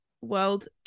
World